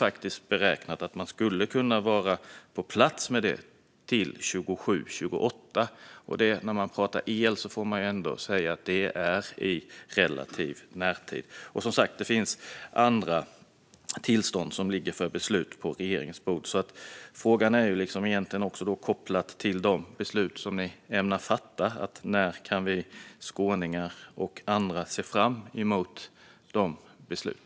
Det beräknas kunna vara på plats till 2027-2028, vilket i fråga om el måste sägas vara i relativ närtid. Det finns som sagt andra tillstånd också som ligger för beslut på regeringens bord. Frågan kopplad till de beslut som regeringen ämnar fatta är: När kan vi skåningar och andra se fram emot dessa beslut?